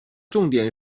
重点